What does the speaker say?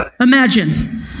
Imagine